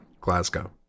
Glasgow